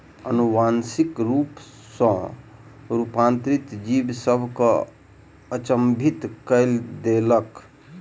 अनुवांशिक रूप सॅ रूपांतरित जीव सभ के अचंभित कय देलक